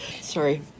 Sorry